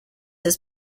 has